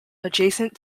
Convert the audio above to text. adjacent